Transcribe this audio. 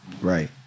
Right